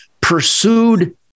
pursued